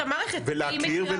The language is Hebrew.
להכיר את המערכת, היא מכירה.